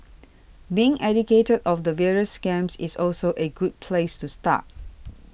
being educated of the various scams is also a good place to start